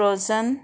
frozen